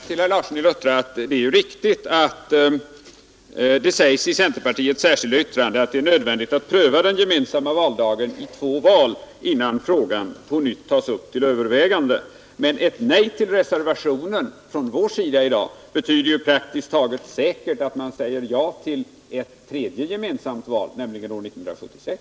Herr talman! Det är riktigt, herr Larsson i Luttra, att man i centerpartiets särskilda yttrande säger att det är nödvändigt att pröva den gemensamma valdagen i två val innan frågan på nytt tas upp till övervägande. Ett nej till reservationen i dag betyder dock praktiskt taget säkert att man säger ja till ett tredje gemensamt val, nämligen år 1976.